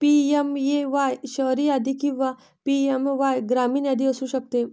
PMAY शहरी यादी किंवा पी.एम.ए.वाय ग्रामीण यादी असू शकते